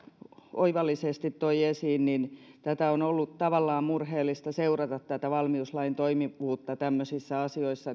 oivallisesti toi esiin on ollut tavallaan murheellista seurata tätä valmiuslain toimivuutta tämmöisissä asioissa